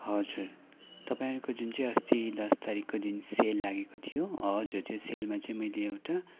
हजुर तपाईँहरूको जुन चाहिँ अस्ति दस तारिखको दिन सेल लागेको थियो हजुर त्यो सेलमा चाहिँ मैले एउटा